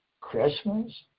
Christmas